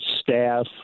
staff